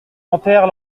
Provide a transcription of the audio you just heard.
enterre